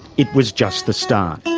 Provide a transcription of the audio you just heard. it was just the start.